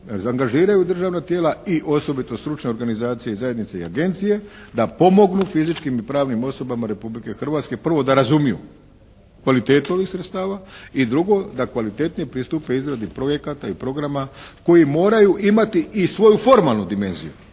angažiraju državna tijela i osobito stručne organizacije i zajednice i agencije da pomognu fizičkim i pravnim osobama Republike Hrvatske prvo da razumiju kvalitetu ovih sredstava i drugo, da kvalitetnije pristupe izradi projekata i programa koji moraju imati i svoju formalnu dimenziju